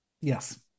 Yes